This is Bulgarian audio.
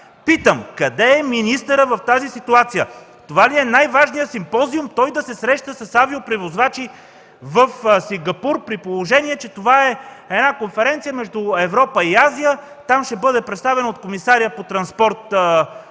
Питам: къде е министърът в тази ситуация? Това ли е най-важният симпозиум, той да се среща с авиопревозвачи в Сингапур, при положение че това е една конференция между Европа и Азия и там ще бъде представена от комисаря по транспорта,